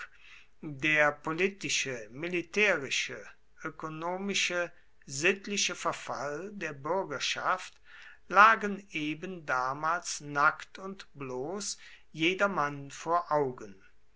der politische militärische ökonomische sittliche verfall der bürgerschaft lagen eben damals nackt und bloß jedermann vor augen